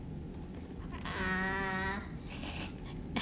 ah